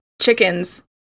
Chickens